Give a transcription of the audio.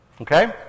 Okay